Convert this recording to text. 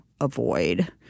avoid